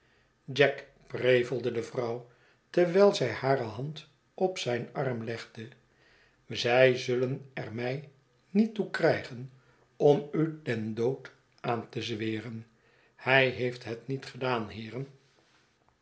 jack prevelde de vrouw terwijl zij hare hand op zijn arm legde zij zullen er mij niet toe krijgen om u den dood aan te zweren hy heeft het niet gedaan heeren